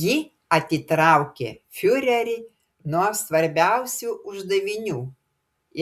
ji atitraukė fiurerį nuo svarbiausių uždavinių